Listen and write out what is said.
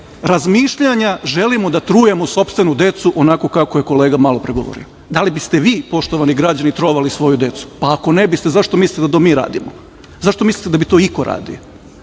razmišljanja želimo da trujemo sopstvenu decu onako kako je kolega malopre govorio. Da li biste vi, poštovani građani trovali svoju decu? Pa ako ne biste, zašto mislite da mi to radimo? Zašto mislite da bi to iko radio?